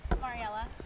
Mariella